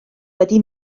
wedi